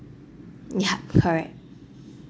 yup correct